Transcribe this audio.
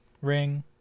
ring –